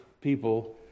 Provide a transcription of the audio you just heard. people